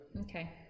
Okay